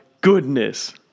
goodness